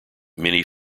many